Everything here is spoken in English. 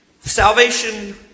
Salvation